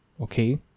okay